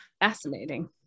fascinating